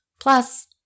Plus